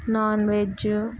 non veg